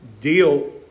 deal